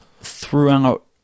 throughout